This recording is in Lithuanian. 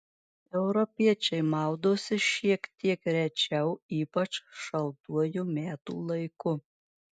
europiečiai maudosi šiek tiek rečiau ypač šaltuoju metų laiku